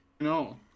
No